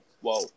whoa